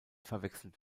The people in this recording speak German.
verwechselt